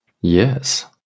Yes